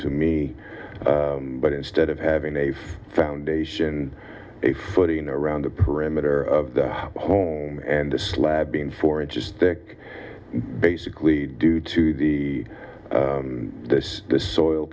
to me but instead of having a foundation a footing around the perimeter of the home and the slab being four inches thick basically due to the this the soil